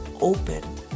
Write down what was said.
open